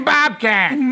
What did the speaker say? Bobcat